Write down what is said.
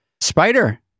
Spider